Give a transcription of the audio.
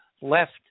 left